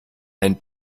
ein